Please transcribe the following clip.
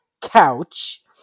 couch